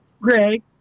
Greg